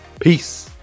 peace